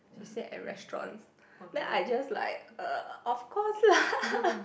she say at restaurants then I just like uh of course lah